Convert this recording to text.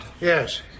yes